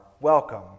welcome